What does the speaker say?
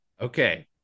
Okay